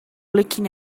looking